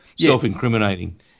Self-incriminating